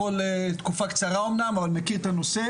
תקופה קצרה אמנם, אבל מכיר את הנושא.